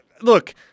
look